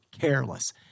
careless